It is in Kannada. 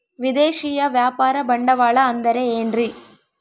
ವಿದೇಶಿಯ ವ್ಯಾಪಾರ ಬಂಡವಾಳ ಅಂದರೆ ಏನ್ರಿ?